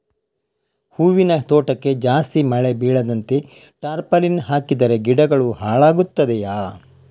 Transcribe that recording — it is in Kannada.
ಹೂವಿನ ತೋಟಕ್ಕೆ ಜಾಸ್ತಿ ಮಳೆ ಬೀಳದಂತೆ ಟಾರ್ಪಾಲಿನ್ ಹಾಕಿದರೆ ಗಿಡಗಳು ಹಾಳಾಗುತ್ತದೆಯಾ?